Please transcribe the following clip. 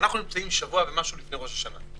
אנחנו נמצאים שבוע ומשהו לפני ראש השנה.